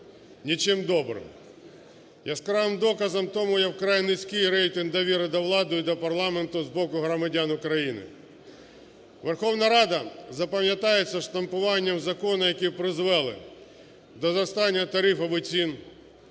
Нічим добрим. Яскравим доказом тому є вкрай низький рейтинг довіри до влади і до парламенту з боку громадян України. Верховна Рада запам'ятається штампуванням законів, які призвели до зростання тарифів і цін,